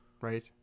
right